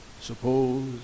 suppose